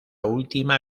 última